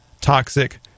toxic